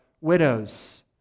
widows